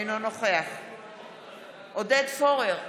אינו נוכח עודד פורר,